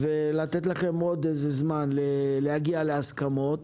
ולתת לכם עוד זמן להגיע להסכמות